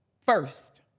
first